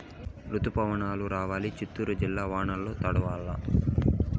రుతుపవనాలు రావాలా చిత్తూరు జిల్లా వానల్ల తడవల్ల